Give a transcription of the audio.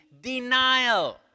denial